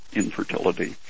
infertility